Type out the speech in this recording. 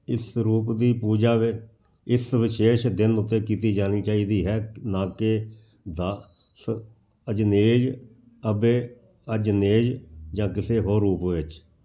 ਇਸ ਰੂਪ ਦੀ ਪੂਜਾ ਵਿੱ ਇਸ ਵਿਸ਼ੇਸ਼ ਦਿਨ ਉੱਤੇ ਕੀਤੀ ਜਾਣੀ ਚਾਹੀਦੀ ਹੈ ਨਾ ਕਿ ਦਾਸ ਅੰਜਨੇਯ ਅਭੈ ਅੰਜਨੇਯ ਜਾਂ ਕਿਸੇ ਹੋਰ ਰੂਪ ਵਿੱਚ